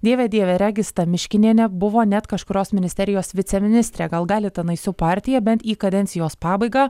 dieve dieve regis ta miškinienė nebuvo net kažkurios ministerijos viceministrė gal gali tenais jų partija bent į kadencijos pabaigą